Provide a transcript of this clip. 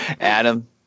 adam